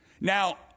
Now